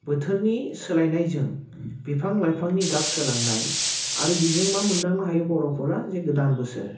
बोथोरनि सोलायनायजों बिफां लाइफांनि गाब सोलायनाय आरो बिजों मा मोनदांनो हायो बर'फोरा जे गोदान बोसोर